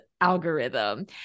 algorithm